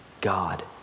God